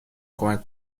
کمک